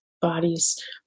bodies